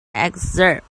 excerpt